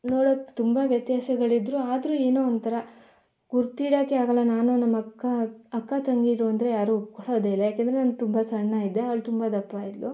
ನೋಡೋಕೆ ತುಂಬ ವ್ಯತ್ಯಾಸಗಳಿದ್ದರು ಆದ್ರೂ ಏನೋ ಒಂಥರ ಗುರ್ತಿಡಿಯೋಕೆ ಆಗೋಲ್ಲ ನಾನು ನಮ್ಮಕ್ಕ ಅಕ್ಕ ತಂಗಿರು ಅಂದರೆ ಯಾರೂ ಒಪ್ಕೊಳ್ಳೋದೆಯಿಲ್ಲ ಯಾಕೆಂದರೆ ನಾನು ತುಂಬ ಸಣ್ಣ ಇದ್ದೆ ಅವ್ಳು ತುಂಬ ದಪ್ಪ ಇದ್ದಳು